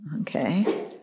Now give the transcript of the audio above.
Okay